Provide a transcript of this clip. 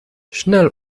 schnell